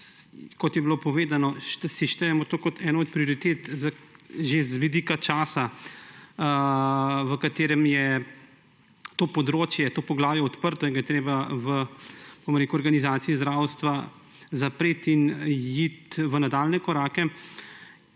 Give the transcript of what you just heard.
Kot je bilo povedano, štejemo to kot eno od prioritet že z vidika časa, v katerem je to področje, to poglavje odprto, in ga je treba v organizaciji zdravstva zapreti in iti v nadaljnje korake.